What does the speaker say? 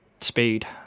speed